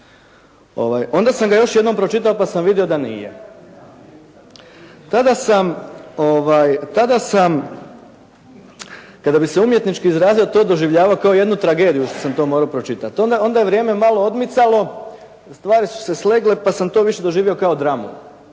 Onda sam ga još jednom pročitao pa sam vidio da nije. Tada sam, ovaj, tada sam kada bih se umjetnički izrazio to doživljavao kao jednu tragediju što sam to morao pročitati. Onda je vrijeme malo odmicalo. Stvari su se slegle pa sam to više doživio kao dramu.